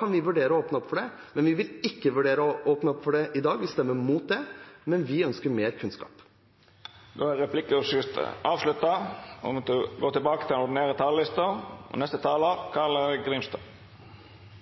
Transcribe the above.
kan vi vurdere å åpne opp for det, men vi vil ikke vurdere å åpne opp for det i dag. Vi stemmer mot det, men vi ønsker mer kunnskap. Replikkordskiftet er avslutta. Først har jeg lyst til å takke komitélederen og